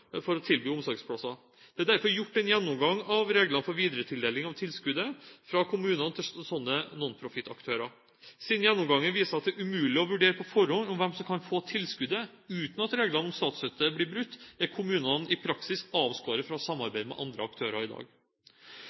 for å tilby omsorgsplasser. Det er derfor gjort en gjennomgang av reglene for videretildeling av tilskuddet fra kommunene til slike nonprofit aktører. Siden gjennomgangen viser at det er umulig å vurdere på forhånd hvem som kan få tilskuddet uten at reglene om statsstøtte blir brutt, er kommunene i praksis avskåret fra å samarbeide med andre aktører i dag.